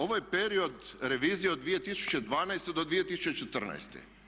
Ovo je period revizije od 2012. do 2014.